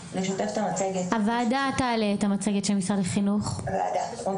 העיקרי של הוועדה הוא הנושא של היערכות לשנת הלימודים התשפ"ג בראי